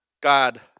God